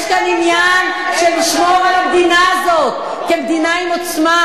יש כאן עניין שנשמור על המדינה הזאת כמדינה עם עוצמה,